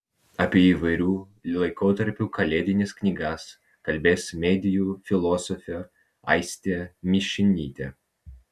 apie įvairių laikotarpių kalėdines knygas kalbės medijų filosofė aistė mišinytė